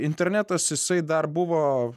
internetas jisai dar buvo